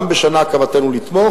גם השנה כוונתנו לתמוך,